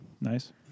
Nice